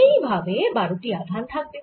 এই ভাবে 12 টি আধান থাকবে